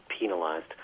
penalized